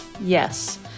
Yes